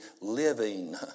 living